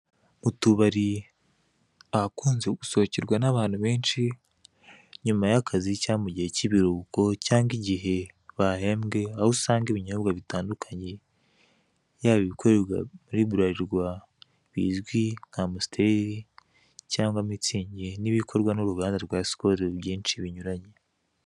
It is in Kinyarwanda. Utubari ahakunze gusohokerwa n'abantu benshi nyuma y'akazi cyangwa mu gihe cy'ibiruhuko cyangwa igihe bahembwe, aho usanga ibinyobwa bitandukanye, yaba ibikorerwa muri Buralirwa bizwi nka amusiteri cyangwa mitsingi n'ibikorwa n'uruganda rwa sikolo byinshi binyuranye.